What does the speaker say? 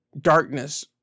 darkness